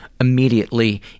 immediately